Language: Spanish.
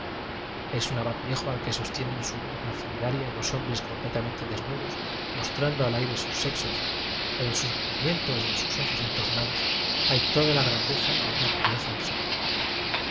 es un abad viejo al que sostienen su urna cineraria dos hombres completamente desnudos mostran do al aire sus sexos pero en sus movi mientos y en sus ojos entornados hay toda la grandeza de una pureza infinita